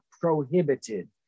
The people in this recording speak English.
prohibited